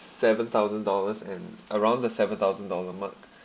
seven thousand dollars and around the seven thousand dollar mark